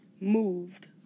moved